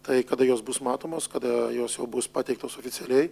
tai kada jos bus matomos kada jos jau bus pateiktos oficialiai